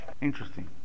interesting